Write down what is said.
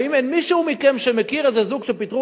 האם אין מישהו מכם שמכיר איזה זוג שפיטרו